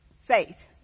faith